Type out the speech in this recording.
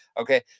Okay